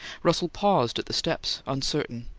russell paused at the steps, uncertain,